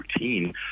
routine